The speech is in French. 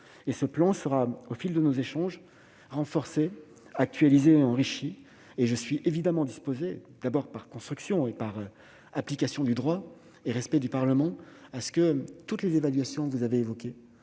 ce plan sera, au fil de nos échanges, renforcé, actualisé et enrichi. Je suis évidemment disposé, par construction et en application du droit, mais aussi par respect du Parlement, à faire réaliser toutes les évaluations que vous avez évoquées